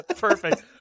Perfect